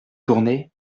tournai